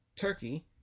Turkey